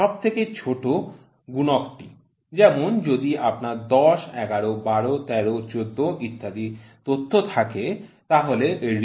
সবথেকে ছোট গুণকটি যেমন যদি আপনার ১০ ১১ ১২ ১৩ ১৪ ইত্যাদি তথ্য থাকে তাহলে এর রেজোলিউশন হল ১